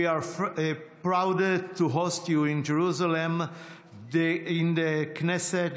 we are proud to host you in Jerusalem and the Knesset,